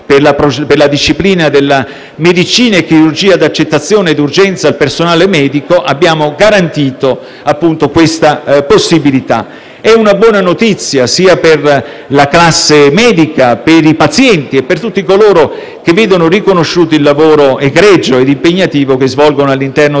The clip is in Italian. per la disciplina della medicina e chirurgia di accettazione e d'urgenza al personale medico. Abbiamo garantito questa possibilità. È una buona notizia, sia per la classe medica, che per i pazienti e per tutti coloro che vedono riconosciuto il lavoro egregio e impegnativo che svolgono all'interno